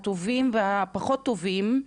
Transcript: הטובות והפחות טובות,